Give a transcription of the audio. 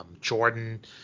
Jordan